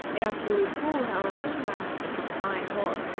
the absolute fool, however, mounted upon a fine horse,